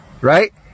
right